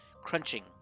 crunching